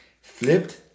flipped